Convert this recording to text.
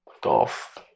golf